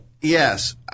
yes